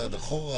צעד אחורה,